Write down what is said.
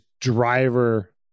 driver